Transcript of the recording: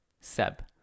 Seb